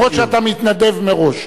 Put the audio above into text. אפילו שאתה מתנדב מראש.